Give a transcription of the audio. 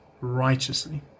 righteously